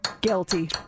guilty